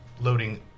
loading